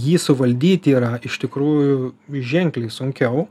jį suvaldyti yra iš tikrųjų ženkliai sunkiau